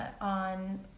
on